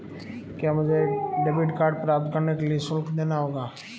क्या मुझे debit card प्राप्त करने के लिए शुल्क देना होगा?